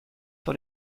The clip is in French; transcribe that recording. sur